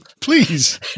please